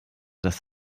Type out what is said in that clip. das